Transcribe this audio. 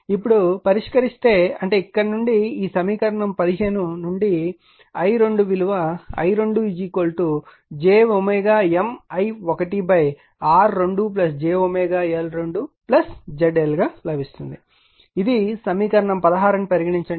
ఇప్పుడు పరిష్కరిస్తే అంటే ఇక్కడ నుండి ఈ సమీకరణం 15 నుండి i2 విలువ i2jMi1R2jL2ZLగా లభిస్తుంది ఇది సమీకరణం 16 అని పరిగణించండి